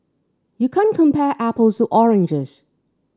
you can't compare apples to oranges